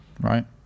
right